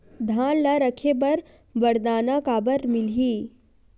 धान ल रखे बर बारदाना काबर मिलही?